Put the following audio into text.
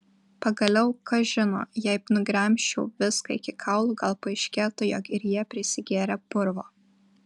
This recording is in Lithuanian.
pagaliau kas žino jei nugremžčiau viską iki kaulų gal paaiškėtų jog ir jie prisigėrę purvo